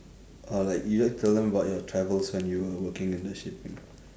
oh like you like tell about your travels when you are working in the ship